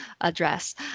address